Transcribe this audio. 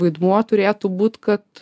vaidmuo turėtų būt kad